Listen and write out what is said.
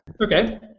Okay